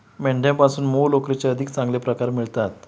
मेंढ्यांपासून मऊ लोकरीचे अधिक चांगले प्रकार मिळतात